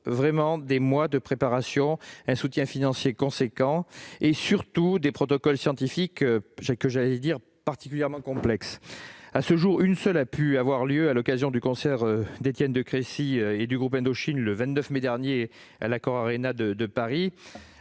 demandent des mois de préparation, un soutien financier conséquent et, surtout, des protocoles scientifiques particulièrement complexes. À ce jour, une seule a pu avoir lieu à l'occasion du concert d'Étienne de Crécy et du groupe Indochine, le 29 mai dernier à l'Accor Arena de Paris.